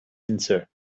answer